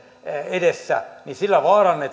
edessä vaarannetaan mahdollisesti myöskin yhteiskunnan